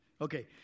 Okay